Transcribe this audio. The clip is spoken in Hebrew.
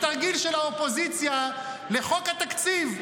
התרגיל של האופוזיציה לחוק התקציב,